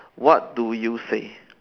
what do you say